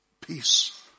peace